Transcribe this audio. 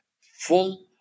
full